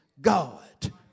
God